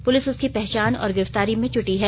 police उसकी पहचान और गिरफ्तारी में जुटी है